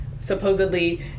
supposedly